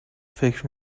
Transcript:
فکر